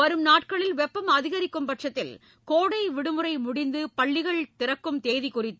வரும் நாட்களில் வெப்பம் அதிகிக்கும் பட்சத்தில் கோடை விடுமுறை முடித்து பள்ளிகள் திறக்கும் தேதி குறித்து